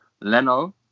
Leno